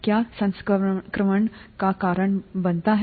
क्या संक्रमण का कारण बनता है